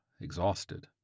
exhausted